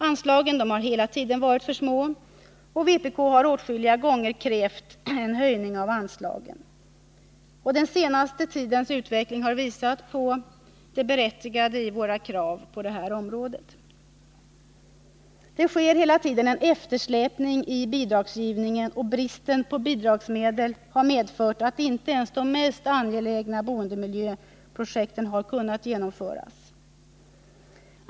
Anslagen har hela tiden varit för små. Vpk har åtskilliga gånger krävt förhöjningar av anslagen. Den senaste tidens utveckling har visat på det berättigade i våra krav på detta område. Det förekommer hela tiden en eftersläpning i bidragsgivningen, och bristen på bidragsmedel har medfört att inte ens de mest angelägna boendemiljöprojekten har kunnat genomföras.